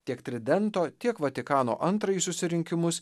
tiek tridento tiek vatikano antrąjį susirinkimus